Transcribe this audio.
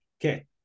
Okay